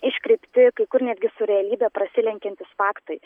iškreipti kai kur netgi su realybe prasilenkiantys faktai